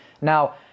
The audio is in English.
now